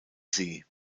see